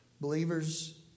Believers